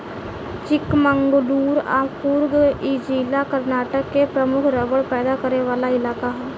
चिकमंगलूर आ कुर्ग इ जिला कर्नाटक के प्रमुख रबड़ पैदा करे वाला इलाका ह